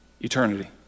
eternity